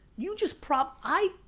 you just probably i,